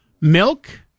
Milk